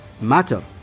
matter